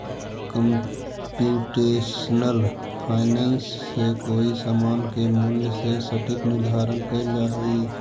computational finance से कोई समान के मूल्य के सटीक निर्धारण कैल जा हई